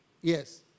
Yes